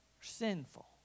sinful